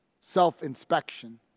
self-inspection